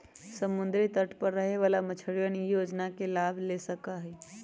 समुद्री तट पर रहे वाला मछुअरवन ई योजना के लाभ ले सका हई